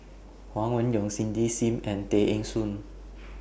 Huang Wenhong Cindy SIM and Tay Eng Soon